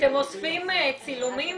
אתם אוספים צילומים?